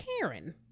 Karen